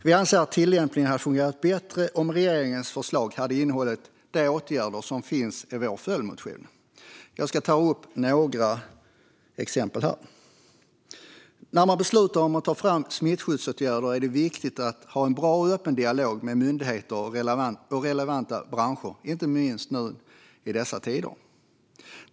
Vi anser att tillämpningen hade fungerat bättre om regeringens förslag hade innehållit de åtgärder som finns i vår följdmotion. Jag ska ta upp några exempel här. När man beslutar om att ta fram smittskyddsåtgärder är det viktigt att ha en bra och öppen dialog med myndigheter och relevanta branscher, inte minst i dessa tider.